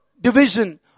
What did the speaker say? division